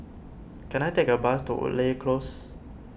can I take a bus to Woodleigh Close